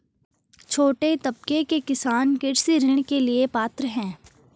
छोटे तबके के किसान कृषि ऋण के लिए पात्र हैं?